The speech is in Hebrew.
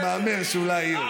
אני מהמר שאולי יהיו.